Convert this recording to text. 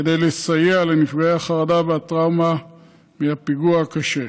כדי לסייע לנפגעי החרדה והטראומה מהפיגוע הקשה.